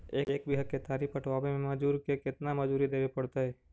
एक बिघा केतारी कटबाबे में मजुर के केतना मजुरि देबे पड़तै?